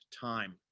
time